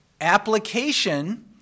application